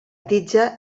tija